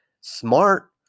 smart